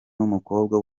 n’umukobwa